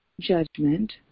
judgment